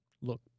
Look